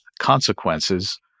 consequences